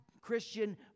Christian